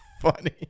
funny